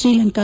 Sri Lanka